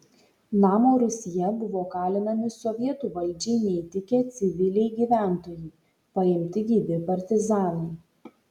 namo rūsyje buvo kalinami sovietų valdžiai neįtikę civiliai gyventojai paimti gyvi partizanai